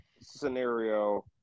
scenario